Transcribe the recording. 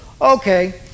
okay